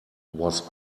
was